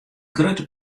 grutte